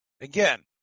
again